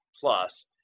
plus